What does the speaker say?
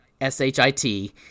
S-H-I-T